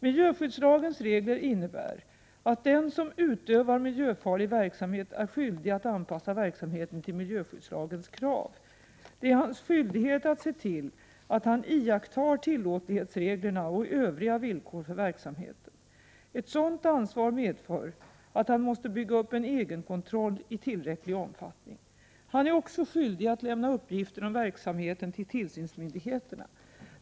Miljöskyddslagens regler innebär att den som utövar miljöfarlig verksamhet är skyldig att anpassa verksamheten till miljöskyddslagens krav. Det är hans skyldighet att se till att han iakttar tillåtlighetsreglerna och övriga villkor för verksamheten. Ett sådant ansvar medför att han måste bygga upp en egenkontroll i tillräcklig omfattning. Han är också skyldig att lämna uppgifter om verksamheten till tillsynsmyndigheterna.